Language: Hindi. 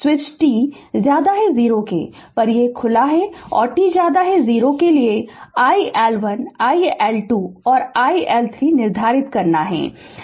स्विच t 0 पर खुला है और t 0 के लिए iL1 iL2 और i L3 निर्धारित करना है